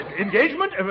Engagement